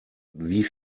wie